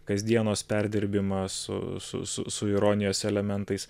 kasdienos perdirbimą su su su ironijos elementais